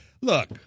Look